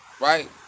right